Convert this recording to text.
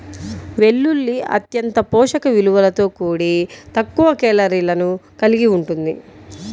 వెల్లుల్లి అత్యంత పోషక విలువలతో కూడి తక్కువ కేలరీలను కలిగి ఉంటుంది